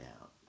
out